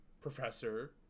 professor